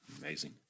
Amazing